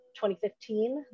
2015